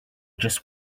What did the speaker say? just